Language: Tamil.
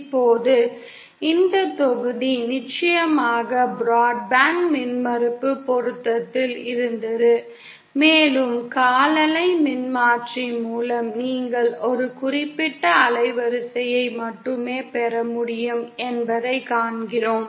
இப்போது இந்த தொகுதி நிச்சயமாக பிராட்பேண்ட் மின்மறுப்பு பொருத்தத்தில் இருந்தது மேலும் கால் அலை மின்மாற்றி மூலம் நீங்கள் ஒரு குறிப்பிட்ட அலைவரிசையை மட்டுமே பெற முடியும் என்பதைக் காண்கிறோம்